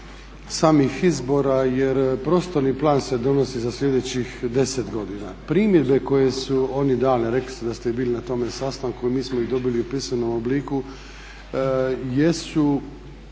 samih izbora jer prostorni plan se donosi za sljedećih 10 godina. Primjedbe koje su oni dali a rekli ste da ste vi bili na tome sastanku, mi smo ih dobili u pisanom obliku jesu